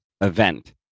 event